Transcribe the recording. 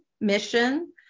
mission